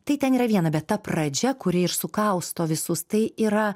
tai ten yra viena bet ta pradžia kuri ir sukausto visus tai yra